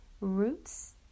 roots